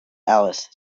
alice